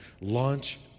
launch